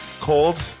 Cold